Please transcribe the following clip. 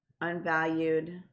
unvalued